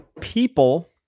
people